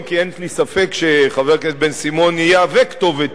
אם כי אין לי ספק שחבר הכנסת בן-סימון יהיה כתובת